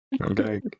Okay